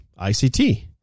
ICT